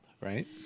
Right